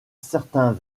certains